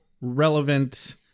relevant